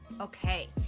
okay